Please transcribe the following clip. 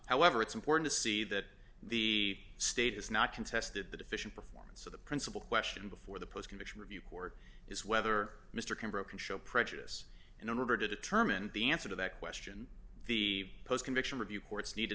however it's important to see that the state is not contested the deficient performance of the principal question before the postcondition review court is whether mr ken broken show prejudice in order to determine the answer to that question the post conviction review courts need